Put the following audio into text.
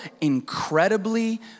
incredibly